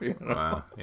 Wow